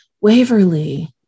waverly